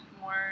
more